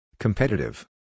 Competitive